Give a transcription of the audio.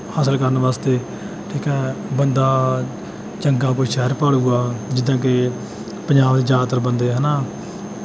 ਹਾਸਲ ਕਰਨ ਵਾਸਤੇ ਠੀਕ ਹੈ ਬੰਦਾ ਚੰਗਾ ਕੋਈ ਸ਼ਹਿਰ ਭਾਲੇਗਾ ਜਿੱਦਾਂ ਕਿ ਪੰਜਾਬ 'ਚ ਜ਼ਿਆਦਾਤਰ ਬੰਦੇ ਹੈ ਨਾ